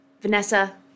Vanessa